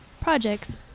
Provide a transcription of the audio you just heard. projects